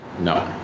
No